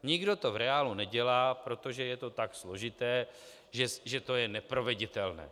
Nikdo to v reálu nedělá, protože je to tak složité, že to je neproveditelné.